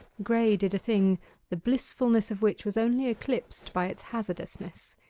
graye did a thing the blissfulness of which was only eclipsed by its hazardousness.